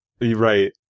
Right